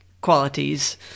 qualities